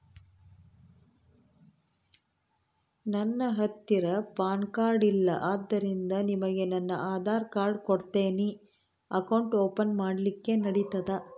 ನನ್ನ ಹತ್ತಿರ PAN card ಇಲ್ಲ ಆದ್ದರಿಂದ ನಿಮಗೆ ನನ್ನ ಆಧಾರ್ ಕಾರ್ಡ್ ಕೊಡ್ತೇನಿ ಅಕೌಂಟ್ ಓಪನ್ ಮಾಡ್ಲಿಕ್ಕೆ ನಡಿತದಾ?